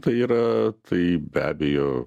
tai yra tai be abejo